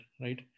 right